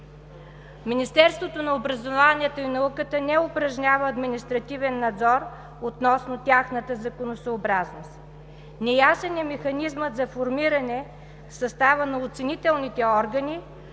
Министерството на образованието и науката не упражнява административен надзор относно тяхната законосъобразност. Неясен е механизмът за формиране състава на оценителните органи,